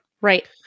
Right